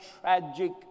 tragic